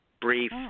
brief